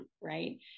right